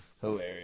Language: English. Hilarious